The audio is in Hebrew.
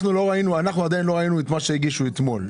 אנחנו עדיין לא ראינו את מה שהגישו אתמול.